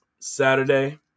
Saturday